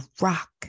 rock